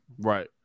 Right